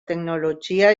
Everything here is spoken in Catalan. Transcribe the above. tecnologia